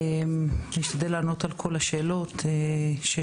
אני אשתדל לענות על כל השאלות ששאלת.